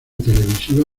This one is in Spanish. televisiva